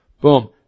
Boom